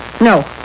No